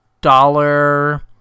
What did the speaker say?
dollar